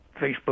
Facebook